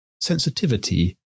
sensitivity